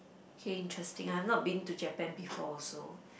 okay interesting I've not been to Japan before also